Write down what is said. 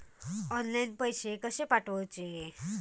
Online पैसे कशे पाठवचे?